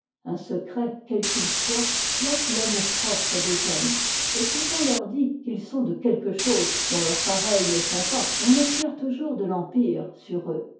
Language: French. un secret quel qu'it soit flatte l'amour-propre des hommes et quand on leur dit qu'ils sont de quelque chose dont leurs pareils ne sont pas on acquiert toujours de l'empire sur eux